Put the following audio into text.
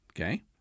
okay